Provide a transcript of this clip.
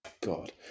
God